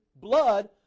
blood